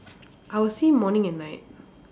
I would see morning and night